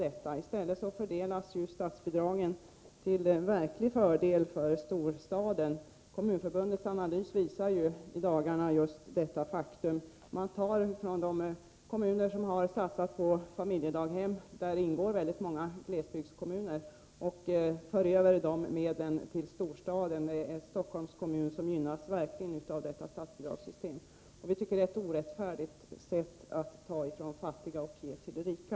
I stället fördelas statsbidragen till fördel för storstäderna. Kommunförbundets analys har i dagarna visat just detta faktum. Man tar från de kommuner som har satsat på familjedaghem — där ingår väldigt många glesbygdskommuner — och för över medlen till storstäderna. Stockholms kommun gynnas verkligen av detta statsbidragssystem. Vi tycker att det är ett orättfärdigt sätt att ta från de fattiga och ge till de rika.